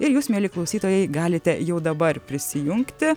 ir jūs mieli klausytojai galite jau dabar prisijungti